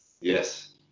yes